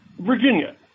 Virginia